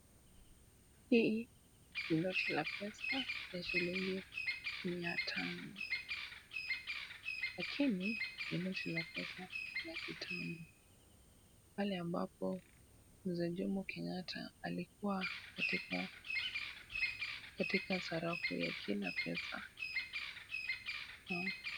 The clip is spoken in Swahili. Hii ni noti la pesa ya shilingi mia tano lakini ni noti la pesa la kitambo pale ambapo Mzee Jomo Kenyatta alikuwa katika sarafu ya kila pesa.